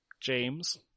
James